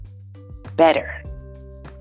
better